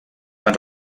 van